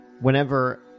Whenever